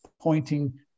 pointing